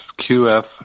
QF